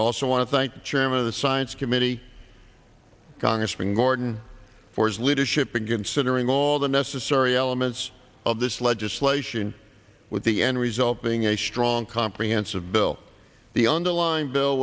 also want to thank the chairman of the science committee congressman norton for his leadership in considering all the necessary elements of this legislation with the end result being a strong comprehensive bill the underlying bill